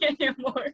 anymore